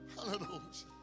Hallelujah